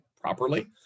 properly